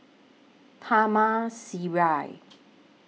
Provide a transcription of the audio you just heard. Taman Sireh